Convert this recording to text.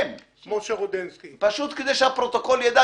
פשוט כדי שהפרוטוקול ידע.